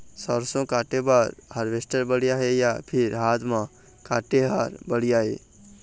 सरसों काटे बर हारवेस्टर बढ़िया हे या फिर हाथ म काटे हर बढ़िया ये?